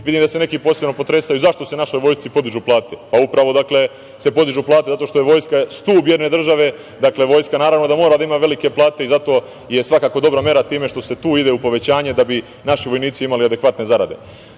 da se neki posebno potresaju zašto se našoj vojsci podižu plate. Pa, upravo se podižu plate zato što je vojska stub jedne države. Dakle, vojska mora da ima velike plate i zato je svakako dobra mera time što se tu ide u povećanje, da bi naši vojnici imali adekvatne